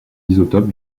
isotopes